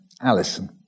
Alison